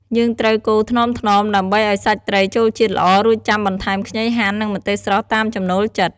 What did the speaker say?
យើងត្រូវកូរថ្នមៗ ដើម្បីឱ្យសាច់ត្រីចូលជាតិល្អ រួចចាំបន្ថែមខ្ញីហាន់ និងម្ទេសស្រស់ តាមចំណូលចិត្ត។